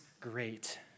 great